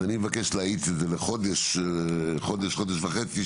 אז אני מבקש להאיץ את זה לחודש-חודש וחצי.